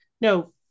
no